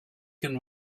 can